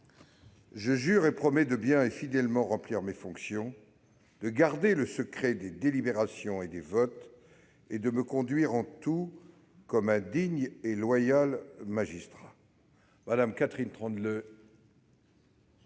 Je jure et promets de bien et fidèlement remplir mes fonctions, de garder le secret des délibérations et des votes, et de me conduire en tout comme un digne et loyal magistrat. » Acte est donné par le